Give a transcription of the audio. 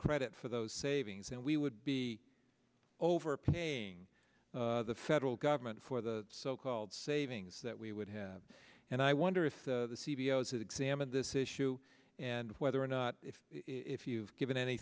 credit for those savings and we would be overpaying the federal government for the so called savings that we would have and i wonder if the c e o s that examined this issue and whether or not if you've given any